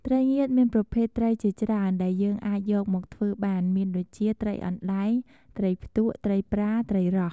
ត្រីងៀតមានប្រភេទត្រីជាច្រើនដែលយើងអាចយកមកធ្វើបានមានដូចជា ត្រីអណ្ដែង ត្រីផ្ទក់ ត្រីប្រា ត្រីរ៉ស់...។